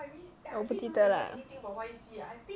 我不记得 lah